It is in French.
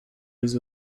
les